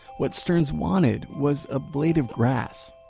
what sterns wanted was a blade of grass